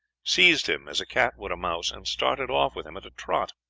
seized him as a cat would a mouse, and started off with him at a trot.